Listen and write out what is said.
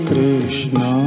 Krishna